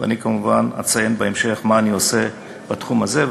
אני כמובן אציין בהמשך מה אני עושה בתחום הזה,